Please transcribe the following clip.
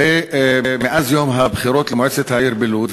הרי מאז יום הבחירות למועצת העיר בלוד,